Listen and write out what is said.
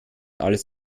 alles